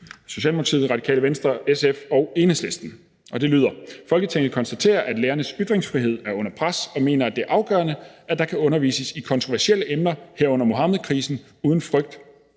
Socialdemokratiet, Radikale Venstre, SF og Enhedslisten, og det lyder: Forslag til vedtagelse »Folketinget konstaterer, at lærernes ytringsfrihed er under pres, og mener, at det er afgørende, at der kan undervises i kontroversielle emner, herunder Muhammedkrisen, uden frygt